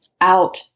out